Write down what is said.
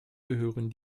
gehören